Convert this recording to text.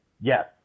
Yes